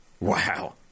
Wow